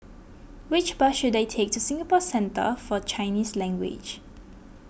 which bus should I take to Singapore Centre for Chinese Language